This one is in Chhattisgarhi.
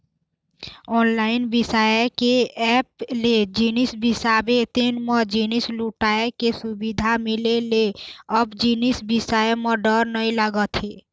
ऑनलाईन बिसाए के ऐप ले जिनिस बिसाबे तेन म जिनिस लहुटाय के सुबिधा मिले ले अब जिनिस बिसाए म डर नइ लागत हे